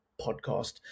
podcast